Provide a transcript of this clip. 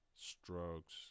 strokes